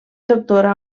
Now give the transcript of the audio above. doctora